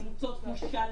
עמותות, כמו ששאלת.